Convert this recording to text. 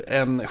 en